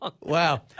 Wow